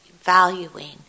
valuing